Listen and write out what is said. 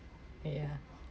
yeah